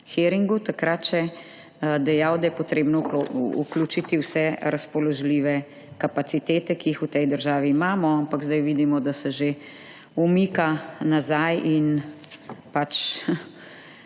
hiringu takrat še dejal, da je potrebno vključiti vse razpoložljive kapacitete, ki jih v tej državi imamo, ampak zdaj vidimo, da se že umika nazaj in pač